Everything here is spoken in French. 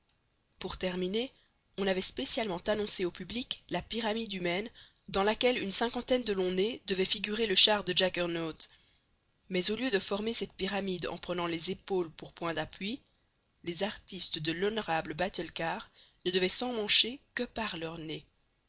pour terminer on avait spécialement annoncé au public la pyramide humaine dans laquelle une cinquantaine de longs nez devaient figurer le char de jaggernaut mais au lieu de former cette pyramide en prenant leurs épaules pour point d'appui les artistes de l'honorable batulcar ne devaient s'emmancher que par leur nez